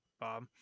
Bob